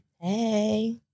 Hey